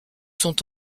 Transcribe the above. sont